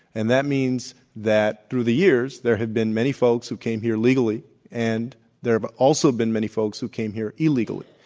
and that means that through the years there have been many folks who came here legally and there have also been many folks who came here illegally.